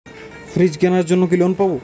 Fridge কেনার জন্য কি লোন পাব?